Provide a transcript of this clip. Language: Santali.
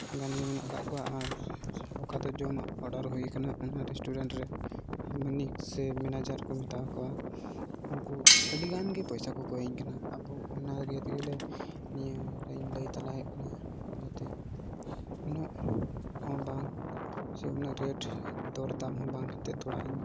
ᱜᱟᱱ ᱜᱮ ᱢᱮᱱᱟᱜ ᱠᱟᱜ ᱠᱚᱣᱟ ᱟᱨ ᱚᱠᱟ ᱫᱚ ᱡᱚᱢᱟᱜ ᱚᱰᱟᱨ ᱦᱩᱭ ᱠᱟᱱᱟ ᱟᱭᱢᱟ ᱨᱮᱥᱴᱩᱨᱮᱱᱴ ᱨᱮ ᱢᱤᱱᱤᱠᱥ ᱥᱮ ᱢᱮᱱᱮᱡᱟᱨ ᱠᱚ ᱢᱮᱛᱟᱣ ᱠᱚᱣᱟ ᱩᱱᱠᱩ ᱟᱹᱰᱤᱜᱟᱱ ᱜᱮ ᱯᱚᱭᱥᱟ ᱠᱚ ᱠᱚᱭᱤᱧ ᱠᱟᱱᱟ ᱟᱫᱚ ᱚᱱᱟ ᱞᱟᱹᱜᱤᱫ ᱛᱮᱜᱮᱞᱮ ᱱᱤᱭᱟᱹᱨᱤᱧ ᱞᱟᱹᱭ ᱛᱟᱨᱟ ᱠᱟᱜ ᱠᱟᱱᱟ ᱡᱟᱛᱮ ᱩᱱᱟᱹᱜ ᱦᱚᱸ ᱵᱟᱝ ᱥᱮ ᱩᱱᱟᱹᱜ ᱨᱮᱴ ᱫᱚᱨ ᱫᱟᱢ ᱦᱚᱸ ᱵᱟᱝ ᱠᱟᱛᱮ ᱛᱷᱚᱲᱟ ᱤᱧ